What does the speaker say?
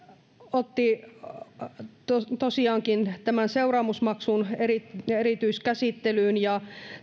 otti tosiaankin tämän seuraamusmaksun erityiskäsittelyyn ja